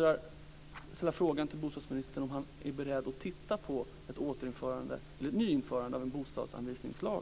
jag ställa frågan till bostadsministern om han är beredd att titta på ett införande av en bostadsansvisningslag.